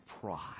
pride